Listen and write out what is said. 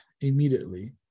immediately